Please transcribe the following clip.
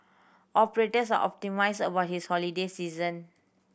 operators are optimistic about his holiday season